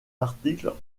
articles